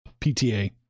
PTA